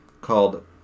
called